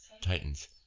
Titans